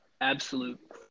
absolute –